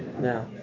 Now